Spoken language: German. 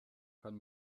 kann